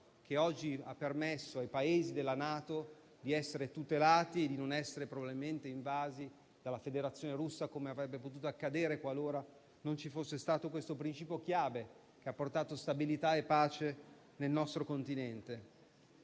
che oggi ha permesso ai Paesi della NATO di essere tutelati e di non essere probabilmente invasi dalla Federazione russa, come avrebbe potuto accadere qualora non ci fosse stato questo principio chiave che ha portato stabilità e pace nel nostro Continente.